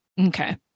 Okay